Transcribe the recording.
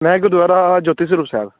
ਮੈਂ ਗੁਰਦੁਆਰਾ ਜੋਤੀ ਸਰੂਪ ਸਾਹਿਬ